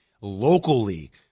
locally